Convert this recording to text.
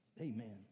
Amen